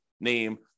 name